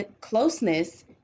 closeness